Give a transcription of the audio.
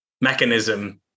mechanism